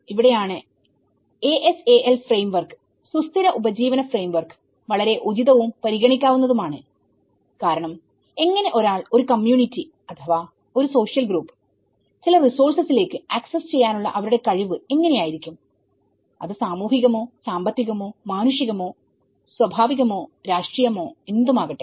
ഇവിടെയാണ് ASAL ഫ്രെയിംവർക്ക്സുസ്ഥിര ഉപജീവന ഫ്രെയിംവർക്ക് വളരെ ഉചിതവും പരിഗണിക്കാവുന്നതുമാണ് കാരണം എങ്ങനെ ഒരു ആൾ ഒരു കമ്മ്യൂണിറ്റി അഥവാ ഒരു സോഷ്യൽ ഗ്രൂപ്പ്ചില റിസോഴ്സസിലേക്ക് അക്സസ് ചെയ്യാനുള്ള അവരുടെ കഴിവ് എങ്ങനെ ആയിരിക്കും അത് സാമൂഹികമോ സാമ്പത്തികമോമാനുഷികമോസ്വഭാവികമോ രാഷ്ട്രീയമോ എന്തുമാകട്ടെ